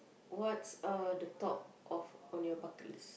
what's on the top of your bucket list